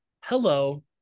hello